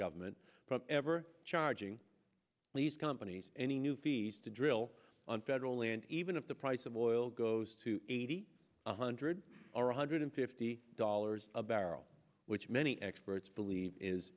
government from ever charging lease companies any new fees to drill on federal land even if the price of oil goes to eighty one hundred or one hundred fifty dollars a barrel which many experts believe is